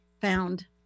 found